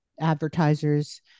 advertisers